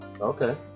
Okay